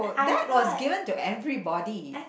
that was given to everybody